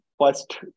first